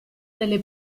nelle